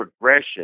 progression